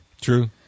true